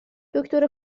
دکتر